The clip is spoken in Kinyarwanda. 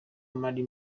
mali